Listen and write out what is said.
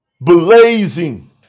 Blazing